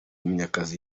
munyakazi